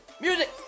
music